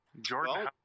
Jordan